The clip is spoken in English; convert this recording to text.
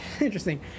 interesting